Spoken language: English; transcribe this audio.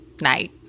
night